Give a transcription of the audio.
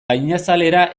gainazalera